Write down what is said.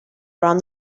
around